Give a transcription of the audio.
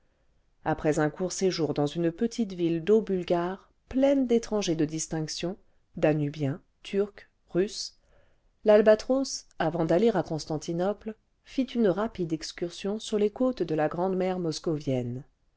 après un court séjour dans une petite ville d'eaux bulgare pleine d'étrangers de distinction danubiens turcs russes yalbatros avant d'aller à constantinople fit une rapide excursion sur les côtes de la grande mer